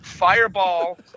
fireball